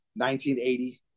1980